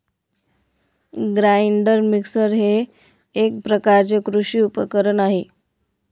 grinder mixer हे एक प्रकारचे कृषी उपकरण आहे